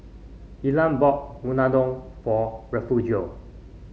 Ilah bought Unadon for Refugio